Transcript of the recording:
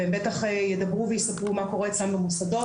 והם בטח ידברו ויספרו מה קורה אצלם במוסדות